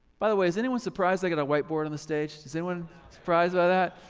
by the way, is anyone surprised i got a whiteboard on the stage? is anyone surprised by that?